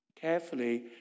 carefully